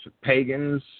pagans